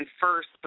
first